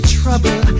trouble